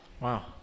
Wow